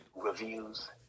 reviews